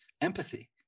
empathy